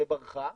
וברחה.